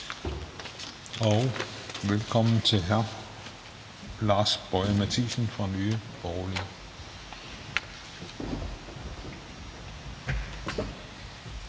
Velkommen til hr. Lars Boje Mathiesen fra Nye Borgerlige.